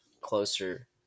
closer